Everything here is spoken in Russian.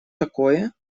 такое